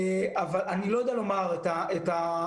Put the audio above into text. אני לא יודע לומר את האחוזים.